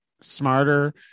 smarter